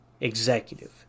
executive